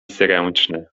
zręczny